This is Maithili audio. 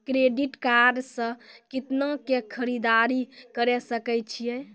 क्रेडिट कार्ड से कितना के खरीददारी करे सकय छियै?